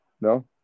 No